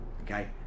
okay